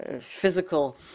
physical